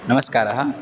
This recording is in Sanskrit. नमस्कारः